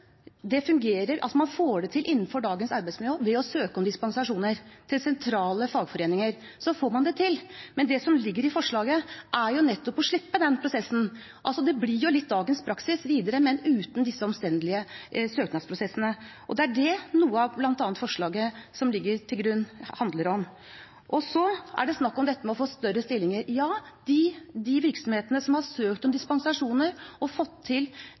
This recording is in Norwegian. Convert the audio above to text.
Man får det til innenfor dagens arbeidsmiljølov ved å søke de sentrale fagforeninger om dispensasjoner. Men det som ligger i forslaget til ny arbeidsmiljølov, er jo å slippe den prosessen. Det blir litt som å videreføre dagens praksis, men uten disse omstendelige søknadsprosessene. Det er bl.a. det forslaget til ny arbeidsmiljølov handler om. Det har vært snakket om dette med å få større stillinger: Ja, de virksomhetene som har søkt om dispensasjoner, og som har fått til